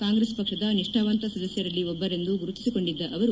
ಕಾಂಗ್ರೆಸ್ ಪಕ್ಷದ ನಿಷ್ಣಾವಂತ ಸದಸ್ಯರಲ್ಲಿ ಒಬ್ಬರೆಂದು ಗುರುತಿಸಿಕೊಂಡಿದ್ದ ಅವರು